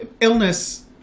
illness